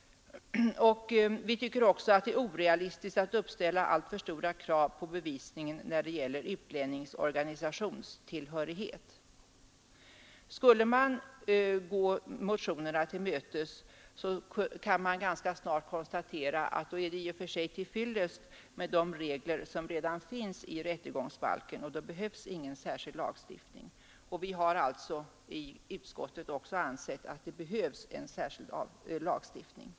Vi tycker också att det är orealistiskt att uppställa alltför stora krav på bevisningen när det gäller utlännings organisationstillhörighet. Om man gick motionärerna till mötes, skulle man ganska snart få konstatera att under sådana förhållanden är det i och för sig till fyllest med de regler som redan finns i rättegångsbalken, och då behövs ingen särskild lagstiftning. Men vi har i utskottet delat uppfattningen att det behövs en särskild lagstiftning.